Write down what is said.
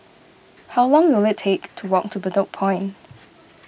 how long will it take to walk to Bedok Point